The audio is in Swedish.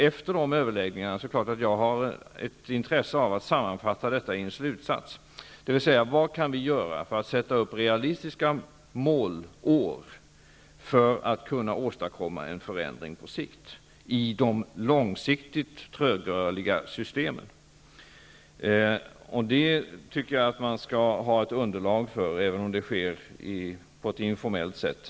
Efter dessa överläggningar har jag ett intresse av att sammanfatta detta i en slutsats, dvs. vad vi kan göra för att sätta upp realistiska målår för att kunna åstadkomma en förändring på sikt i de långsiktigt trögrörliga systemen. Jag tycker att man skall ha ett underlag för det, även om kunskapsinhämtandet sker på ett informellt sätt.